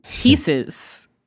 pieces